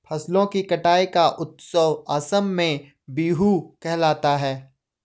फसलों की कटाई का उत्सव असम में बीहू कहलाता है